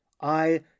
I